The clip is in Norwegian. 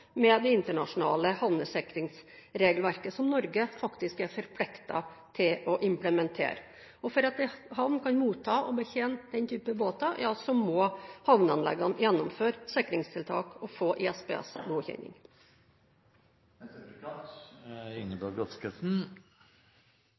med det internasjonale havnesikringsregelverket, som Norge faktisk er forpliktet til å implementere. For at en havn kan motta og betjene den typen båter, må havneanleggene gjennomføre sikringstiltak og få